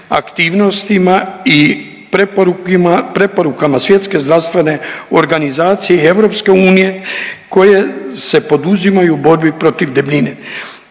aktivnostima i preporukama Svjetske zdravstvene organizacije i EU koje se poduzimaju u borbi protiv debljine.